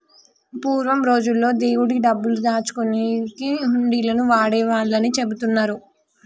పూర్వం రోజుల్లో దేవుడి డబ్బులు దాచుకునేకి హుండీలను వాడేవాళ్ళని చెబుతున్నరు